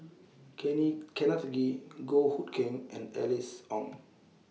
Kenneth Kee Goh Hood Keng and Alice Ong